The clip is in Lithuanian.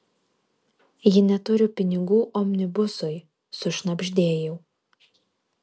ji neturi pinigų omnibusui sušnabždėjau